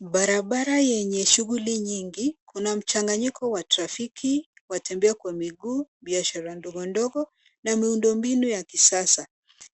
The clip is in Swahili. Barabara yenye shughuli nyingi kuna mchanganyiko wa trafiki, watembea kwa miguu, biashara ndogo ndogo na miundo mbinu ya kisasa